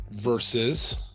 versus